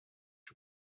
you